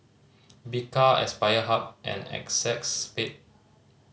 Bika Aspire Hub and Acexspade